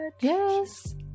Yes